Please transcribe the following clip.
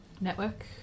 Network